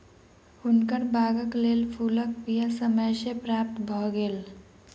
हुनकर बागक लेल फूलक बीया समय सॅ प्राप्त भ गेल